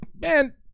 man